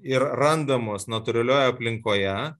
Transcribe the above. ir randamos natūralioje aplinkoje